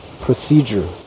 procedure